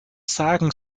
sagen